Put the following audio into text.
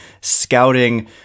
scouting